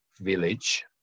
village